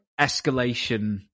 escalation